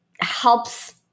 helps